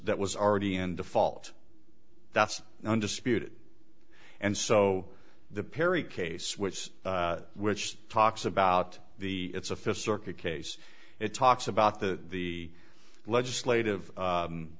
that was already in default that's undisputed and so the perry case which which talks about the it's a fifth circuit case it talks about the the legislative